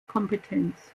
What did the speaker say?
kompetenz